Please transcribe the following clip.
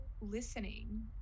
listening